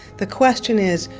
the question is,